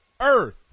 earth